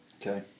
Okay